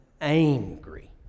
angry